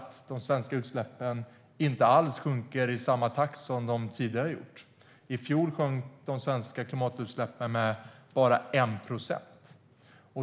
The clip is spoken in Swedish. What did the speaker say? De svenska utsläppen sjunker inte alls i samma takt som tidigare. I fjol sjönk de svenska klimatutsläppen med bara 1 procent.